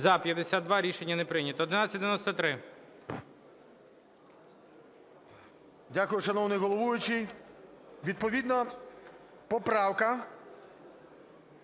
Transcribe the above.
За-52 Рішення не прийнято. 1193.